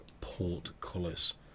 portcullis